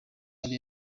ari